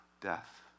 death